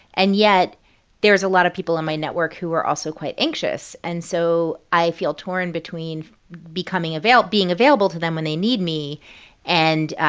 and yet there is a lot of people on my network who are also quite anxious, and so i feel torn between becoming being available to them when they need me and,